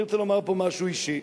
אני רוצה לומר פה משהו אישי.